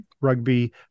rugby